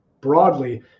broadly